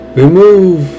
remove